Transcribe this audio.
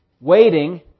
waiting